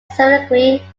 subsequently